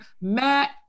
matt